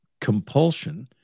compulsion